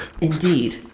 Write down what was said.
Indeed